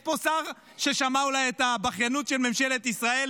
יש פה שר שאולי שמע את הבכיינות של ממשלת ישראל.